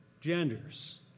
genders